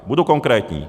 Budu konkrétní.